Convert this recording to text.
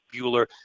Bueller